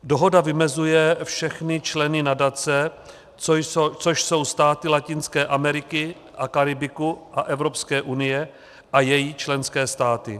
Dohoda vymezuje všechny členy nadace, což jsou státy Latinské Ameriky a Karibiku a Evropské unie a její členské státy.